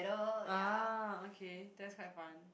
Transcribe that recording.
ah okay that's quite fun